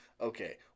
Okay